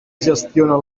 gestiona